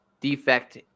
defect